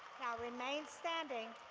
remain standing.